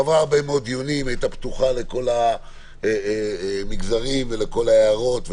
היא עברה הרבה מאוד דיונים והייתה פתוחה לכל המגזרים ולכל ההערות.